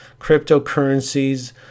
cryptocurrencies